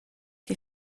che